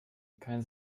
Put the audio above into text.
kein